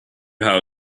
how